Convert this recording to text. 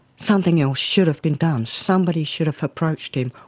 something else should have been done. somebody should have approached him.